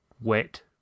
wet